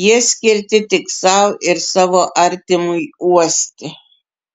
jie skirti tik sau ir savo artimui uosti